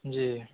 जी